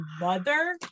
mother